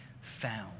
found